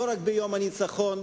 ולא רק ביום הניצחון,